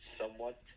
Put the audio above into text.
somewhat